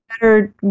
better